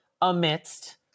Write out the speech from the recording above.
amidst